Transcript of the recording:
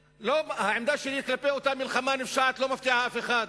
העמדה שלי כלפי אותה מלחמה נפשעת לא מפתיעה אף אחד.